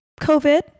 COVID